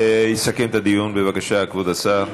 יסכם את הדיון, בבקשה, כבוד השר.